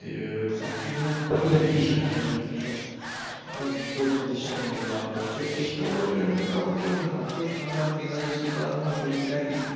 बाकी में बड़ी हारी डिशां ट्राई कीतियां बाऽ बड़ियां डिशां बनाइयां लॉकडाउन च ते होर किश कम्म निं हा कम्म केह् होना हा उ'ऐ खाना पीना ते सुत्ते रौह्ना पूरी ध्याड़ी